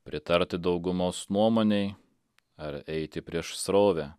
pritarti daugumos nuomonei ar eiti prieš srovę